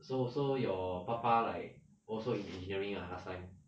so so your 爸爸 like also engineering lah last time